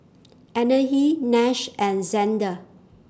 Anahi Nash and Zander